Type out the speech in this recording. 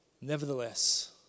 Nevertheless